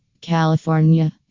California